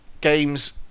games